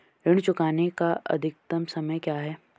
ऋण चुकाने का अधिकतम समय क्या है?